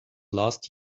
last